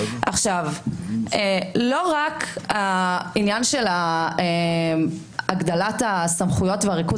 לא רק העניין של הגדלת הסמכויות וריכוז